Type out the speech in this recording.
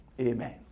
Amen